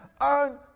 own